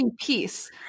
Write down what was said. piece